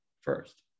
first